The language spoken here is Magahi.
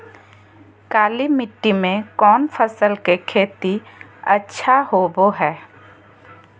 काली मिट्टी में कौन फसल के खेती अच्छा होबो है?